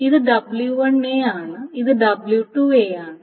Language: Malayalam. ഇത് w1 ആണ് ഇത് w2 ആണ്